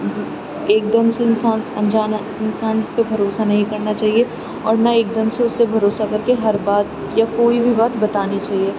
ایک دم سے انسان انجان انسان پہ بھروسہ نہیں کرنا چاہیے اور نہ ایک دم سے اس پہ بھروسہ کر کے ہر بات یا کوئی بھی بات بتانی چاہیے